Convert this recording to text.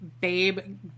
babe